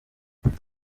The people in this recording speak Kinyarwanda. nta